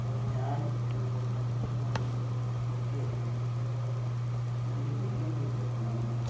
അത് ഞാൻ ഒരു രണ്ടാഴ്ച മുൻപ് അവിടുന്ന് ഫുഡ് കഴിച്ചായിരുന്നു എനിക്ക് അപ്പോൾ അതിൻ്റെ ബിൽ ഒന്ന് കിട്ടിയാൽ കൊള്ളാം എന്നുണ്ടായി